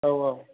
औ औ